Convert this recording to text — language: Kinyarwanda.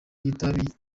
kitabi